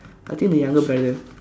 I think the younger brother